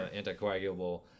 anticoagulable